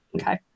Okay